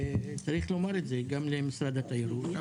וצריך לומר את זה גם למשרד התיירות,